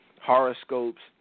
horoscopes